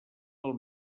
del